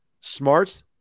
smart